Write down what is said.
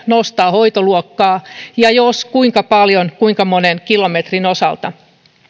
nostaa hoitoluokkaa ja jos kuinka paljon kuinka monen kilometrin osalta